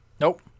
Nope